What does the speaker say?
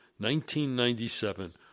1997